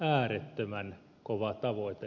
äärettömän kova tavoite